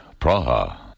Praha